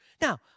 Now